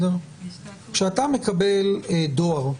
כשאתה מקבל דואר,